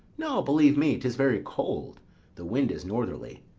no, believe me, tis very cold the wind is northerly.